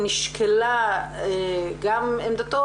נשקלה גם עמדתו,